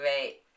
great